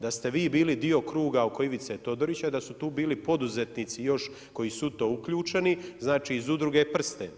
Da ste vi bili dio kruga oko Ivice Todorića i da su tu bili poduzetnici još koji su u to uključeni, znači iz Udruge „Prsten“